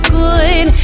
good